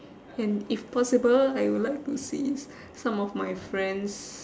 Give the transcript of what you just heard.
and if possible I would like to see some of my friends'